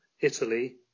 Italy